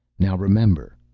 now remember,